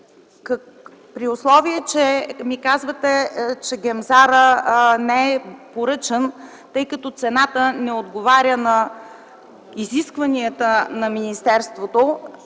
при условие, че казвате, че Гемзар не е поръчан, тъй като цената не отговаря на изискванията на министерството,